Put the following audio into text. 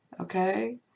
okay